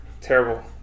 terrible